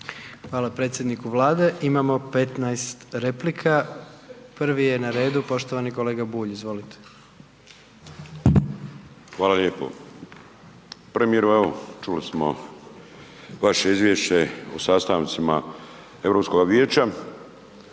Hvala predsjedniku Vlade. Imamo 15 replika, prvi je na redu poštovani kolega Bulj, izvolite. **Bulj, Miro (MOST)** Hvala lijepo. Premijeru, evo čuli smo vaše izvješće o sastancima Europskog vijeća,